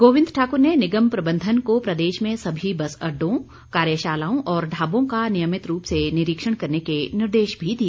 गोविन्द ठाकुर ने निगम प्रबंधन को प्रदेश में सभी बस अड्डों कार्यशालाओं और ढाबों का नियमित रूप से निरीक्षण करने के निर्देश भी दिए